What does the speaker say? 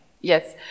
Yes